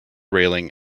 railing